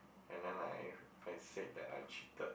and then like I said that I cheated